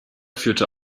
führte